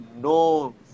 no